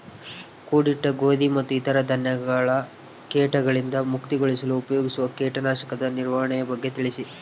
ಕೂಡಿಟ್ಟ ಗೋಧಿ ಮತ್ತು ಇತರ ಧಾನ್ಯಗಳ ಕೇಟಗಳಿಂದ ಮುಕ್ತಿಗೊಳಿಸಲು ಉಪಯೋಗಿಸುವ ಕೇಟನಾಶಕದ ನಿರ್ವಹಣೆಯ ಬಗ್ಗೆ ತಿಳಿಸಿ?